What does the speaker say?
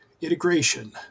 integration